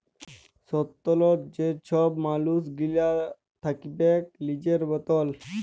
স্বতলত্র যে ছব মালুস গিলা থ্যাকবেক লিজের মতল